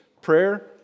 Prayer